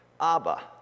Abba